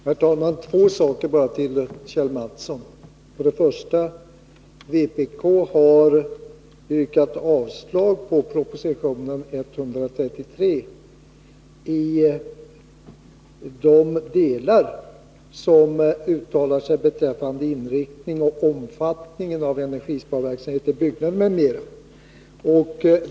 Herr talman! Jag vill säga två saker till Kjell Mattsson. För det första har vpk yrkat avslag på proposition 133 i de delar där man uttalar sig beträffande inriktningen och omfattningen av energisparverksamhet i byggnader m.m.